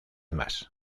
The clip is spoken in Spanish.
más